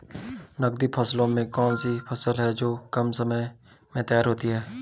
नकदी फसलों में कौन सी फसलें है जो कम समय में तैयार होती हैं?